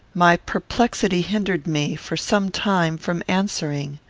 my perplexity hindered me, for some time, from answering.